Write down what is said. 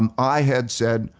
um i had said,